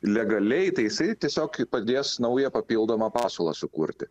legaliai tai jisai tiesiog padės naują papildomą pasiūlą sukurti